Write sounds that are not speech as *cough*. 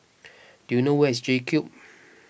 *noise* do you know where is J Cube